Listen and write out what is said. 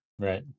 Right